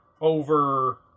over